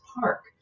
park